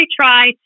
try